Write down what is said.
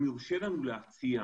אם יורשה לנו להציע,